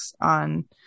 on